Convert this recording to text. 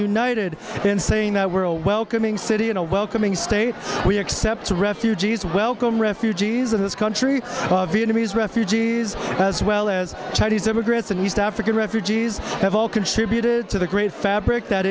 united in saying that we're all welcoming city and a welcoming state we accept refugees welcome refugees in this country vietnamese refugees as well as chinese immigrants and east african refugees have all contributed to the great fabric that